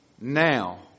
now